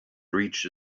reached